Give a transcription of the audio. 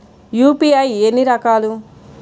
UPI ఎన్ని రకాలు?